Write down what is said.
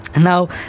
now